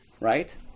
right